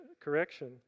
correction